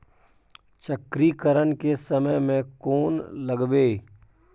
चक्रीकरन के समय में कोन लगबै?